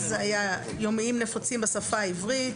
אז זה היה עיתונים יומיים נפוצים בשפה העברית